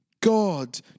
God